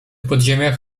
podziemiach